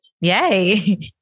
Yay